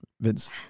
vince